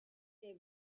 side